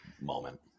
moment